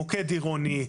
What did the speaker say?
מוקד עירוני,